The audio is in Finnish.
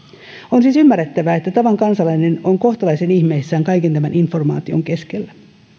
on siis ymmärrettävää että tavan kansalainen on kohtalaisen ihmeissään kaiken tämän informaation keskellä